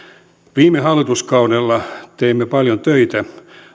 viime hallituskaudella teimme paljon töitä